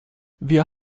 wir